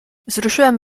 wzruszyłem